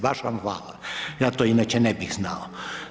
Baš vam hvala, ja to inače ne bih znao.